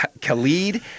Khalid –